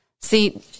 See